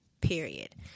period